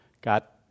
got